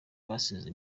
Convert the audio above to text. basize